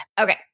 Okay